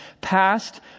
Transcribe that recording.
past